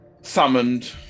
summoned